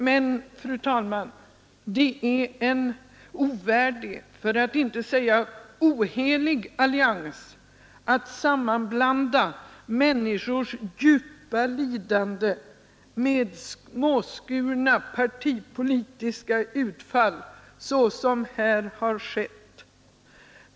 Men, fru talman, det är en ovärdig, för att inte säga ohelig allians, när människors djupa lidande sammanblandas med småskurna partipolitiska utfall, såsom här har skett.